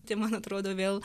tai man atrodo vėl